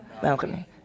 Balcony